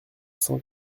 cent